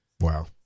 wow